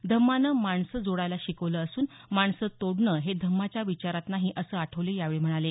धम्मानं माणसं जोडायला शिकवलं असून माणसं तोडणं हे धम्माच्या विचारात नाही असं आठवले यावेळी म्हणाले